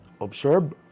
Observe